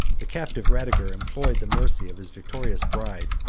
the captive radiger implored the mercy of his victorious bride,